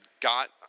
got